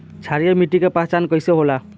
क्षारीय मिट्टी के पहचान कईसे होला?